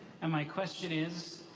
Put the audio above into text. and my question is,